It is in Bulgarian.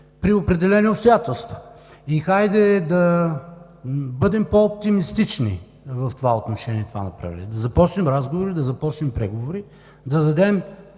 при определени обстоятелства. Хайде да бъдем по-оптимистични в това отношение, в това направление. Да започнем разговори, да започнем преговори, да дадем